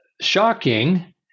shocking